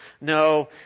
No